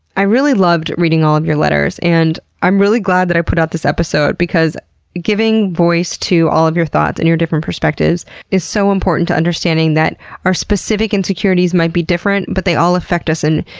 i really loved reading all of your letters, and i'm really glad that i put out this episode because giving voice to all of your thoughts and your different perspectives is so important to understanding that our specific insecurities insecurities might be different, but they all affect us in,